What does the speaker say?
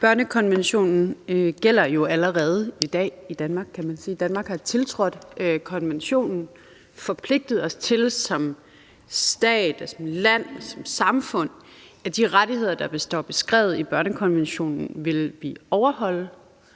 Børnekonventionen gælder jo allerede i dag i Danmark. Danmark har tiltrådt konventionen, og vi har forpligtet os til som stat, som land, som samfund, at de rettigheder, der står beskrevet i børnekonventionen, vil vi overholde,